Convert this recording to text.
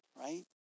right